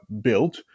built